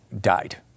died